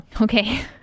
Okay